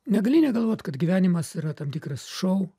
negali negalvot kad gyvenimas yra tam tikras šou